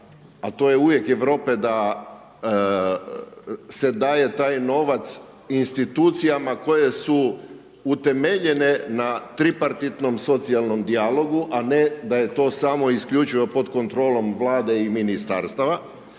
a to je uvjet Europe da se daje taj novac institucijama koje su utemeljene na tripartitnom socijalnom dijalogu, a ne da je to samo isključivo pod kontrolom Vlade i ministarstava.